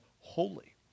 holy